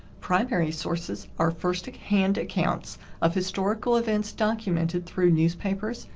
primary sources are first-hand accounts of historical events documented through newspapers,